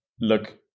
look